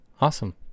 Awesome